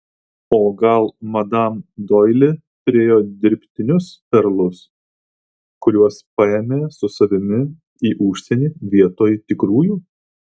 o gal madam doili turėjo dirbtinius perlus kuriuos paėmė su savimi į užsienį vietoj tikrųjų